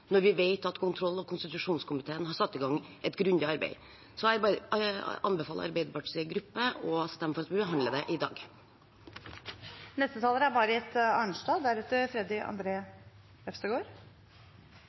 når vi vet at kontroll- og konstitusjonskomiteen har satt i gang et grundig arbeid. Så jeg anbefaler Arbeiderpartiets gruppe å stemme for at vi behandler forslaget i dag. Denne saken er